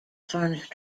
furnish